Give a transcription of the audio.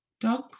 dogs